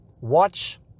watch